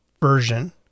version